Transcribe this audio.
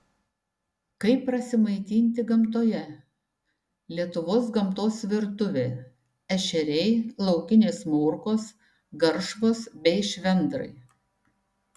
kaip prasimaitinti gamtoje lietuvos gamtos virtuvė ešeriai laukinės morkos garšvos bei švendrai